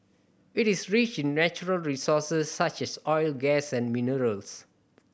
it is rich in natural resources such as oil gas and minerals